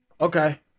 okay